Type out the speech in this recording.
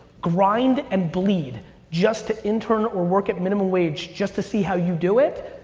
grind and bleed just to intern or work at minimum wage just to see how you do it,